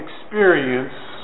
experience